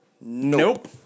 Nope